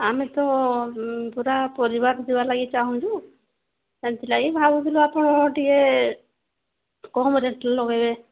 ଆମେ ତ ପୁରା ପରିବାର ଯିବାର୍ ଲାଗି ଚାହୁଁଛୁ ସେଥିଲାଗି ଭାବୁଥିଲୁ ଆପଣ ଟିକେ କମ୍ ରେଟ୍ରେ ଲଗାଇବେ